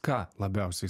ką labiausiai